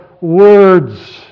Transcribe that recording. words